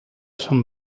some